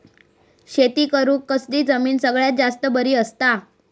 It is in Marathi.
शेती करुक कसली जमीन सगळ्यात जास्त बरी असता?